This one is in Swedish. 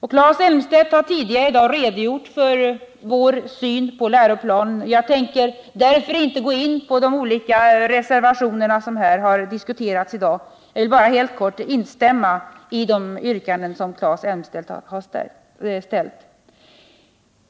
Claes Elmstedt har tidigare i dag redogjort för vår syn på läroplanen, och jag tänker därför inte gå in på de olika reservationerna. Jag vill bara helt kort instämma i de yrkanden som Claes Elmstedt framställt.